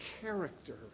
character